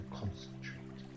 concentrate